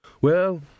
Well